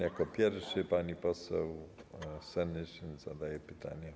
Jako pierwsza pani poseł Senyszyn zadaje pytanie.